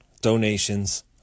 donations